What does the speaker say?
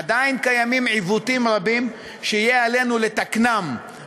עדיין קיימים עיוותים רבים שיהיה עלינו לתקנם,